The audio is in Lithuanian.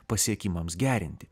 pasiekimams gerinti